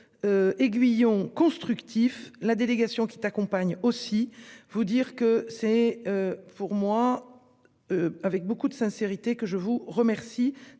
Aiguillon constructif. La délégation qui t'accompagnent aussi vous dire que c'est. Pour moi. Avec beaucoup de sincérité que je vous remercie